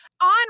on